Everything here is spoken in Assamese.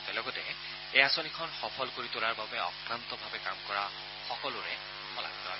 তেওঁ লগতে এই আঁচনিখন সফল কৰি তোলাৰ বাবে অক্লান্তভাৱে কাম কৰা সকলোৰে শলাগ লয়